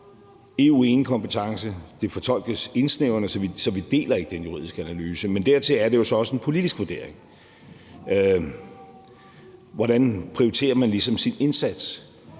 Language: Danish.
EU-enekompetence. Det fortolkes indsnævrende, så vi deler ikke den juridiske analyse, men dertil er det jo så også en politisk vurdering, hvordan man ligesom prioriterer sin indsats.